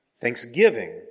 thanksgiving